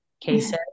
cases